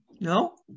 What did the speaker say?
no